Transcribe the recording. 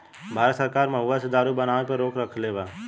भारत सरकार महुवा से दारू बनावे पर रोक रखले बा